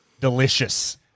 Delicious